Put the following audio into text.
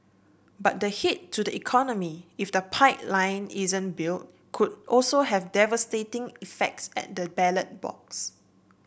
but the hit to the economy if the pipeline isn't built could also have devastating effects at the ballot box